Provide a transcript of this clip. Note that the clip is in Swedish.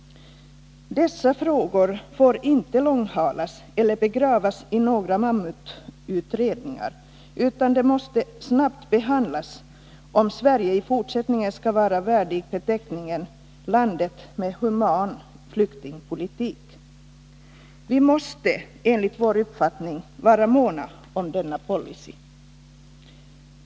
Dessa frågor får inte långhalas eller begravas i några mammututredningar, utan de måste snabbt behandlas, om Sverige i fortsättningen skall vara värdigt beteckningen ”landet med human flyktingpolitik”. Vi måste, enligt vår uppfattning, vara måna om denna policy.